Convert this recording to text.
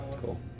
Cool